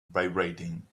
vibrating